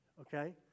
okay